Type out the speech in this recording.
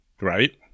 right